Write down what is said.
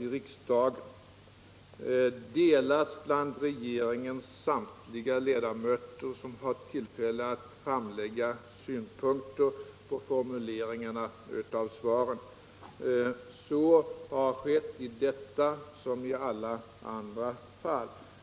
i riksdagen delas av regeringens samtliga ledamöter, som haft tillfälle att framlägga synpunkter på formuleringarna av svaren. Det gäller detta liksom alla andra fall.